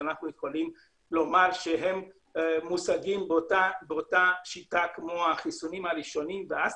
שאנחנו יכולים לומר שהם מושגים באותה שיטה כמו החיסונים הראשונים ואז